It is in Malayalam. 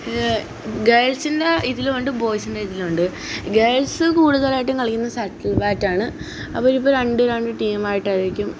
ഗേൾസിൻ്റെ ഇതിലുണ്ട് ബോയ്സിൻ്റെ ഇതിലുണ്ട് ഗേൾസ് കൂടുതലായിട്ടും കളിക്കുന്നത് ഷട്ടിൽ ബാറ്റാണ് അപ്പോളിതിപ്പോൾ രണ്ടു രണ്ട് ടീമായിട്ടായിരിക്കും